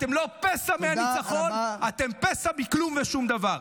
אתם לא פסע מהניצחון, אתם פסע מכלום ושום דבר.